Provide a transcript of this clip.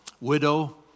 widow